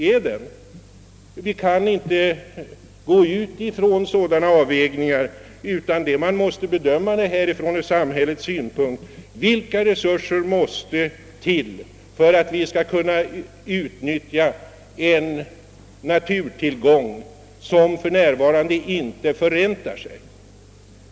Nej, vi kan inte göra sådana avvägningar, utan vi måste bedöma frågorna ur samhällssynpunkt och se efter vilka resurser som behövs för att vi skall kunna utnyttja en naturtillgång, som för närvarande inte förräntar sig.